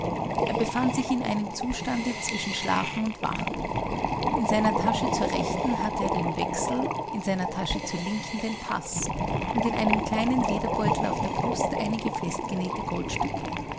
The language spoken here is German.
er befand sich in einem zustande zwischen schlafen und wachen in seiner tasche zur rechten hatte er den wechsel in seiner tasche zur linken den paß und in einem kleinen lederbeutel auf der brust einige festgenähte goldstücke